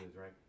right